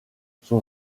son